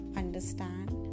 understand